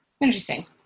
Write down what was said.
Interesting